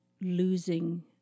losing